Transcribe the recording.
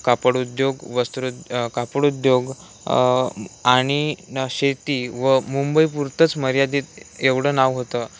कापड उद्योग वस्त्रो कापड उद्योग आणि न शेती व मुंबई पुरतंच मर्यादित एवढं नाव होतं